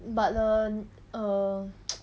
but the err